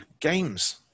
games